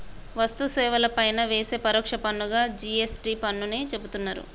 వస్తు సేవల పైన వేసే పరోక్ష పన్నుగా జి.ఎస్.టి పన్నుని చెబుతున్నరు